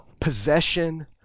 possession